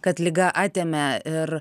kad liga atėmė ir